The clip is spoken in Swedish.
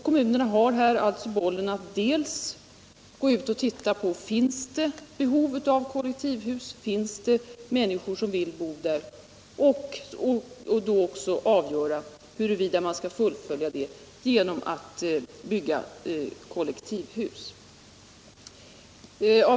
Kommunerna har alltså här bollen när det gäller att se på om det finns behov av kollektivhus, om det finns människor som vill bo där, och då också avgöra huruvida man skall fullfölja detta genom att bygga kollektivhus.